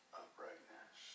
uprightness